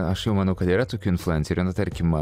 aš jau manau kad yra tokių influencerių na tarkim